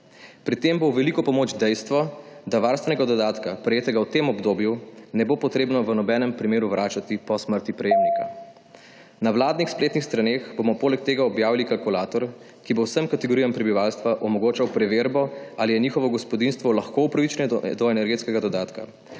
Pri tem bo v veliko pomoč dejstvo, da varstvenega dodatka prejetega v tem obdobju ne bo potrebno v nobenem primeru vračati po smrti prejemnika. Na vladnih spletnih straneh bomo poleg tega objavili kalkulator, ki bo vsem kategorijam prebivalstva omogočal preverbo ali je njihovo gospodinjstvo lahko upravičeno do energetskega dodatka.